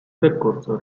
percorso